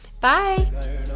Bye